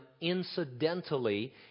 incidentally